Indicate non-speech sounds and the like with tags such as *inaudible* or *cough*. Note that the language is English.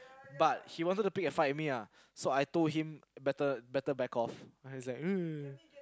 but he wanted to pick a fight with me ah so I told him better better back off so he's like *noise*